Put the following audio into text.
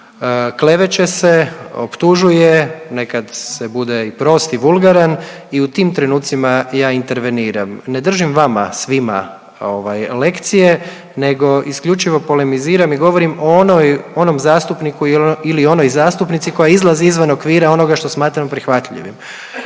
Kleveće se, optužuje, nekad se bude i prost i vulgaran i u tim trenutcima ja interveniram. Ne držim vama svima ovaj lekcije, nego isključivo polemiziram i govorim o onoj, onom zastupniku ili onoj zastupnici koja izlazi izvan okvira onoga što smatram prihvatljivim.